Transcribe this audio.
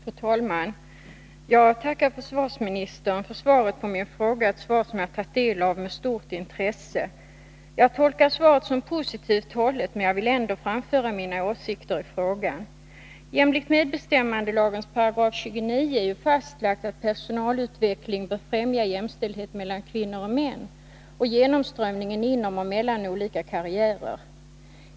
Fru talman! Jag tackar försvarsministern för svaret på min fråga — ett svar som jag tagit del av med stort intresse. Jag tolkar svaret som positivt, men vill ändå framföra mina åsikter i frågan. I medbestämmandelagens 29§ är ju fastlagt att personalutveckling bör främja jämställdhet mellan kvinnor och män och genomströmningen inom och mellan olika karriärer.